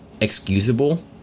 excusable